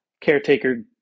Caretaker